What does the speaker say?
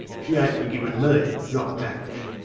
she ain't forgiven me not mach.